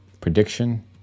prediction